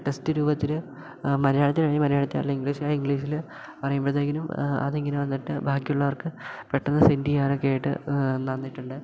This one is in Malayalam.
ടെസ്റ്റ് രൂപത്തിൽ മലയാളത്തിലെഴുതി മലയാളത്തിൽ അല്ലെങ്കിൽ ഇംഗ്ലീഷില് ആണെങ്കിൽ ഇംഗ്ലീഷില് പറയുമ്പഴത്തെക്കിനും അതിങ്ങനെ വന്നിട്ട് ബാക്കിയുള്ളവർക്ക് പെട്ടെന്ന് സെൻറ് ചെയ്യാനൊക്കെ ആയിട്ട് നടന്നിട്ടുണ്ട്